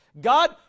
God